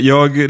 Jag